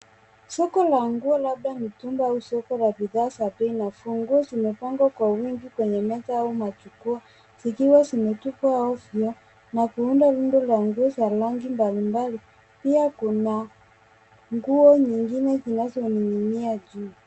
Soko la nguo labda mitumba au soko la bidhaa ya pei nafu, vunguu zimepangwa kwa wingi kwenye meza au majukuwa zikiwa zimetupwa ovyo na kuunda rundu la nguo za rangi mbali mbali, pia kuna nguo nyingine kinazoning'nia juu.